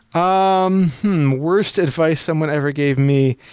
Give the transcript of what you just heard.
um worst advice someone ever gave me.